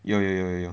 有有有有有